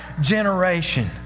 generation